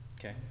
Okay